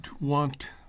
want